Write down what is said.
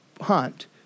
hunt